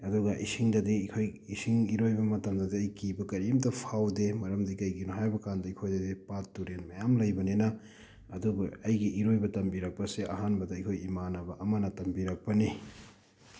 ꯑꯗꯨꯒ ꯏꯁꯤꯡꯗꯗꯤ ꯑꯩꯈꯣꯏ ꯏꯁꯤꯡ ꯏꯔꯣꯏꯕ ꯃꯇꯝꯗꯗꯤ ꯑꯩ ꯀꯤꯕ ꯀꯔꯤꯝꯇ ꯐꯥꯎꯗꯦ ꯃꯔꯝꯗꯤ ꯀꯩꯒꯤꯅꯣ ꯍꯥꯏꯕꯀꯥꯟꯗ ꯑꯩꯈꯣꯏꯗꯗꯤ ꯄꯥꯠ ꯇꯨꯔꯦꯜ ꯃꯌꯥꯝ ꯂꯩꯕꯅꯤꯅ ꯑꯗꯨꯕꯨ ꯑꯩꯒꯤ ꯏꯔꯣꯏꯕ ꯇꯝꯕꯤꯔꯛꯄꯁꯦ ꯑꯍꯥꯟꯕꯗ ꯑꯩꯈꯣꯏ ꯏꯃꯥꯟꯅꯕ ꯑꯃꯅ ꯇꯝꯕꯤꯔꯛꯄꯅꯤ